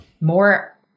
More